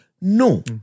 No